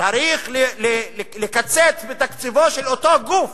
צריך לקצץ בתקציבו של אותו גוף